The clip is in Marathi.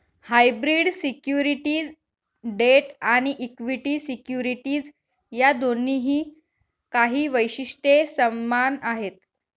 हायब्रीड सिक्युरिटीज डेट आणि इक्विटी सिक्युरिटीज या दोन्हींची काही वैशिष्ट्ये समान आहेत